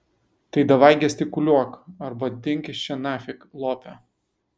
tai davai gestikuliuok arba dink iš čia nafig lope